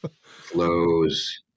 Flows